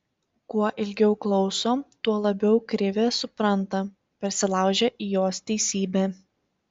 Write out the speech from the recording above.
kuo ilgiau klauso tuo labiau krivę supranta persilaužia į jos teisybę